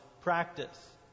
practice